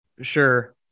Sure